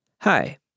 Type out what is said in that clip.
Hi